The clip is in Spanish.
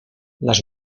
las